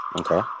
Okay